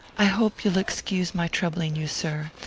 i hope you'll excuse my troubling you, sir.